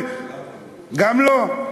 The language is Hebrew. גם לא.